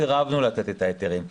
סירבנו לתת את ההיתרים.